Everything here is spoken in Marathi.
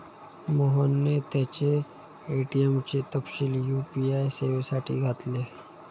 मोहनने त्याचे ए.टी.एम चे तपशील यू.पी.आय सेवेसाठी घातले